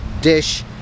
dish